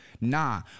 Nah